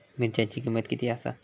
मिरच्यांची किंमत किती आसा?